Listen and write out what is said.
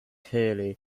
hurley